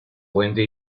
puente